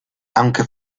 aunque